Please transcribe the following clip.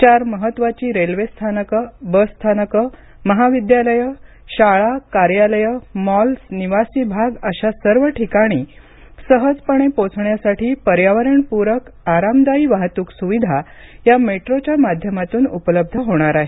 चार महत्त्वाची रेल्वे स्थानक बस स्थानक महाविद्यालये शाळा कार्यालय मॉल्स निवासी भाग अशा सर्व ठिकाणी सहजपणे पोहोचण्यासाठी पर्यावरणपूरक आरामदायी वाहतूक सुविधा या मेट्रोच्या माध्यमातून उपलब्ध होणार आहे